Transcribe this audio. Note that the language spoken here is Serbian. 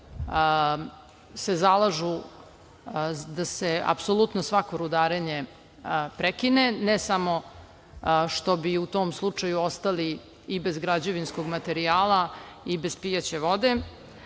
se zalažu da se apsolutno svako rudarenje prekine, ne samo što bi u tom slučaju ostali i bez građevinskog materijala i bez pijaće vode,